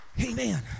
Amen